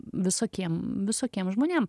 visokiem visokiem žmonėm